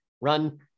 run